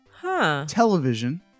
television